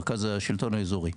מרכז שלטון אזורי,